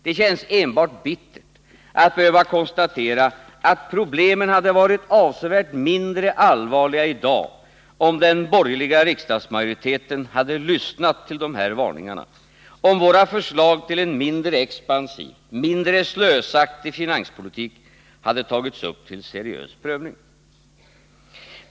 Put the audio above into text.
Det känns enbart bittert att behöva konstatera att problemen hade varit avsevärt mindre allvarliga i dag, om den borgerliga riksdagsmajoriteten hade lyssnat till de här varningarna, om våra förslag till en mindre expansiv, mindre slösaktig finanspolitik hade tagits upp till seriös prövning.